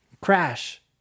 crash